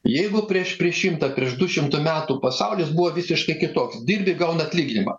jeigu prieš prieš šimtą prieš du šimtų metų pasaulis buvo visiškai kitoks dirbi gauna atlyginimą